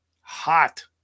hot